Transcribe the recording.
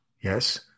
yes